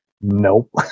Nope